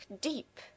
deep